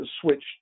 switch